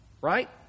right